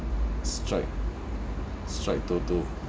strike strike toto